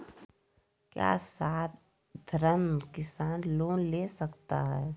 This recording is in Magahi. क्या साधरण किसान लोन ले सकता है?